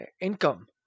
income